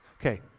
Okay